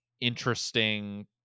interesting